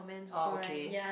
orh okay